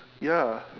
ya